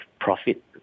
profit